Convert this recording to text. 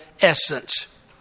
essence